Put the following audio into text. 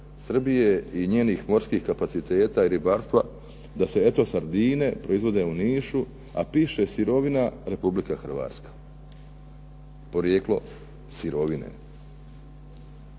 Srbije i njenih morskih kapaciteta i ribarstva da se eto sardine proizvode u Nišu, a piše sirovina Republika Hrvatska, porijeklo sirovine.